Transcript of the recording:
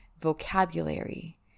vocabulary